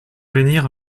venir